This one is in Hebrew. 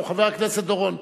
או: חבר הכנסת דורון,